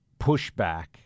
pushback